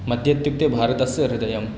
मध्यः इत्युक्ते भारतस्य हृदयं